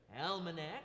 Almanac